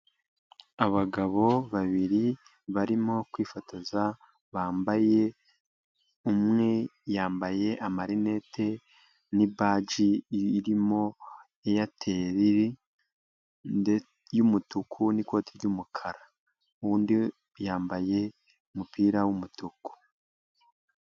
Abagabo babiri barimo kwifotoza bambaye, umwe yambaye amarinete ni baji irimo Airtel y'umutuku n'ikoti ry'umukara. Undi yambaye umupira w'umutuku.